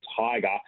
Tiger